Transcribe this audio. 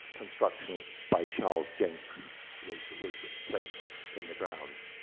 construction by charles jenks was was placed in the grounds.